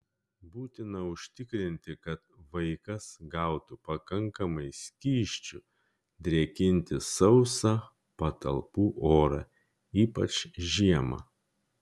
būtina užtikrinti kad vaikas gautų pakankamai skysčių drėkinti sausą patalpų orą ypač žiemą